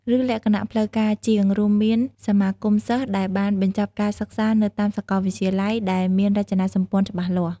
ឬលក្ខណៈផ្លូវការជាង រួមមាន សមាគមសិស្សដែលបានបញ្ចប់ការសិក្សានៅតាមសកលវិទ្យាល័យ ដែលមានរចនាសម្ព័ន្ធច្បាស់លាស់។